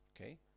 Okay